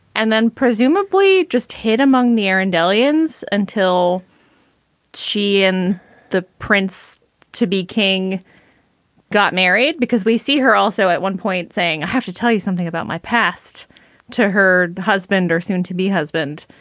and then presumably just hit among the air and aliens until she and the prince to be king got married. because we see her also at one point saying, i have to tell you something about my past to her husband or soon to be husband.